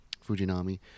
Fujinami